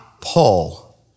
Paul